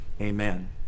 amen